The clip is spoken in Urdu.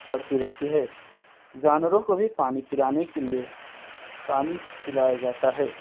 پڑتی رہتی ہے جانوروں کو بھی پانی پلانے کے لیے پانی پلایا جاتا ہے